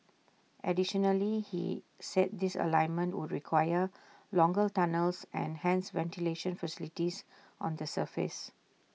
additionally he said this alignment would require longer tunnels and hence ventilation facilities on the surface